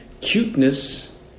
cuteness